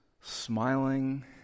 smiling